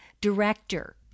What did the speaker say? director